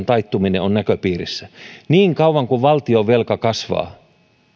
taittuminen on näköpiirissä niin kauan kuin valtionvelka kasvaa